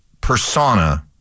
persona